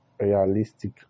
realistic